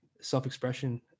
self-expression